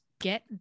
Get